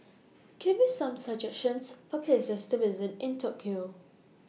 Give Me Some suggestions For Places to visit in Tokyo